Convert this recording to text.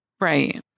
Right